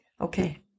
Okay